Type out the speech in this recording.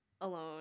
alone